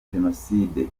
jenoside